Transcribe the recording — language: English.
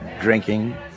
drinking